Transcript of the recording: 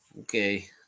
okay